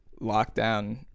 Lockdown